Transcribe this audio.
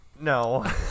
No